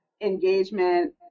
engagement